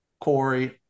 Corey